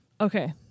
okay